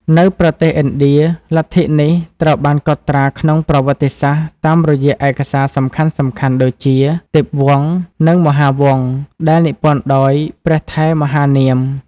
នៅប្រទេសឥណ្ឌា លទ្ធិនេះត្រូវបានកត់ត្រាក្នុងប្រវត្តិសាស្ត្រតាមរយៈឯកសារសំខាន់ៗដូចជា ទិបវង្ស និង មហាវង្ស ដែលនិពន្ធដោយ ព្រះថេរមហានាម។